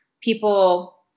people